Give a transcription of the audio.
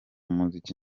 muziki